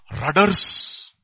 Rudders